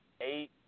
eight